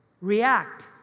react